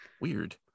weird